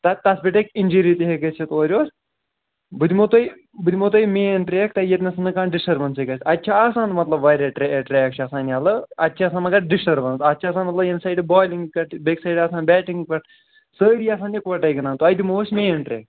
تَتھ تَتھ پٮ۪ٹھ ہیٚکہِ اِنجِری تہِ ہیٚکہِ گٔژھِتھ اورٕ یورٕ بہٕ دِمو تۄہہِ بہٕ دِمو تۄہہِ یہِ مین ٹرٛیک تۄہہِ ییٚتہِ نَسَن نہٕ کانٛہہ ڈِسٹٔربَنسٕے گژھِ اَتہِ چھِ آسان مطلب واریاہ ٹرٛے ٹرٛیک چھِ آسان یَلہٕ اَتہِ چھِ آسان مگر ڈِسٹٔربنٕس اَتھ چھِ آسان مطلب ییٚمہِ سایڈٕ بالِنٛگ پٮ۪ٹھ بیٚکہِ سایڈٕ آسان بیٹِنٛگ پٮ۪ٹھ سٲری آسان یِکوَٹَے گِنٛدان تۄہہِ دِمو أسۍ مین ٹرٛے